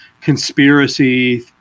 conspiracy